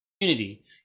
community